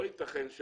לא ייתכן ש